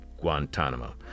Guantanamo